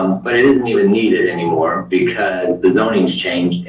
but it doesn't even needed anymore because the zoning's changed.